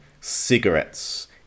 cigarettes